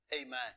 Amen